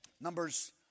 Numbers